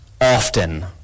often